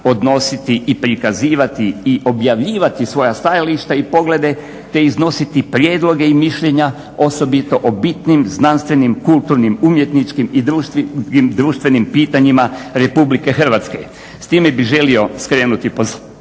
odnositi i prikazivati i objavljivati svoja stajališta i poglede te iznositi prijedloge i mišljenja osobito o bitnim, znanstvenim, kulturnim, umjetničkim i društvenim pitanjima RH. S time bih želio skrenuti pozornost